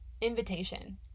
invitation